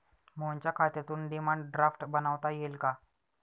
मोहनच्या खात्यातून demand draft बनवता येईल का?